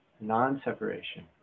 non-separation